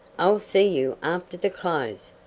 i'll see you after the close.